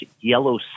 yellow